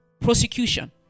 prosecution